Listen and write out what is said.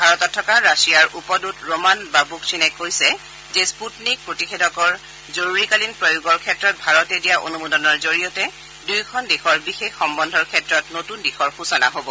ভাৰতত থকা ৰাছিয়াৰ উপদূত ৰোমান বাবুকথিনে কয় যে স্পূটনিক প্ৰতিষেধকৰ জৰুৰীকালিন প্ৰয়োগৰ ক্ষেত্ৰত ভাৰতে দিয়া অনুমোদনৰ জৰিয়তে দুয়োখন দেশৰ বিশেষ সম্বন্ধৰ ক্ষেত্ৰত নতুন দিশৰ সূচনা হ'ব